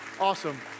Awesome